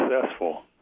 successful